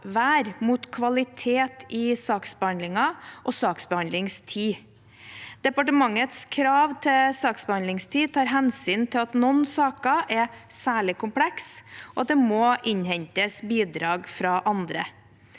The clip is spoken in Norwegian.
rettssikkerhet saksbehandlingen og saksbehandlingstid. Departementets krav til saksbehandlingstid tar hensyn til at noen saker er særlig komplekse, og at det må innhentes bidrag fra andre.